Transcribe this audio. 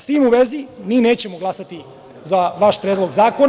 S tim u vezi, mi nećemo glasati za vaš Predlog zakona.